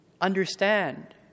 understand